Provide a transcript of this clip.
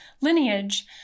lineage